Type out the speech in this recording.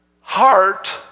heart